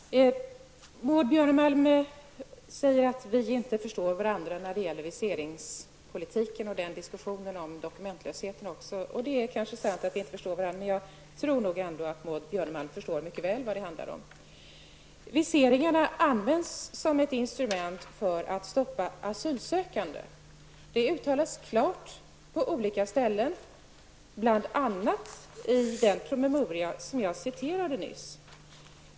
Fru talman! Maud Björnemalm säger att vi inte förstår varandra när det gäller viseringspolitiken och diskussionen om dokumentlösheten. Det är kanske sant att vi inte förstår varandra. Men jag tror ändå att Maud Björnemalm mycket väl förstår vad det handlar om. Viseringarna används som ett instrument för att stoppa asylsökande. Det uttalas klart på olika ställen, bl.a. i den promemoria som jag citerade ur nyss.